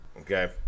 okay